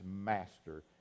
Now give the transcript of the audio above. master